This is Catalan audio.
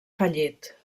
fallit